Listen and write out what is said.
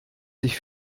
sich